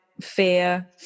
fear